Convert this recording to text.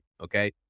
Okay